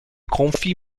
confie